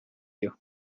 you